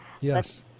Yes